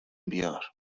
بیار